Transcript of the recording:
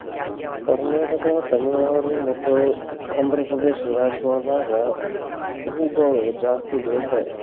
ಕರ್ನಾಟಕ, ತಮಿಳುನಾಡು ಮತ್ತ ಆಂಧ್ರಪ್ರದೇಶ ರಾಜ್ಯಗೊಳ್ದಾಗ್ ಹೂವುಗೊಳ್ ಜಾಸ್ತಿ ಬೆಳೀತಾರ್